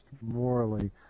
morally